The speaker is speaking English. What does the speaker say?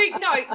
No